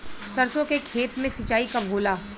सरसों के खेत मे सिंचाई कब होला?